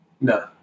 No